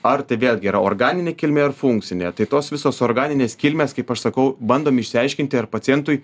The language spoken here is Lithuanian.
ar tai vėlgi yra organinė kilmė ar funkcinė tai tos visos organinės kilmės kaip aš sakau bandom išsiaiškinti ar pacientui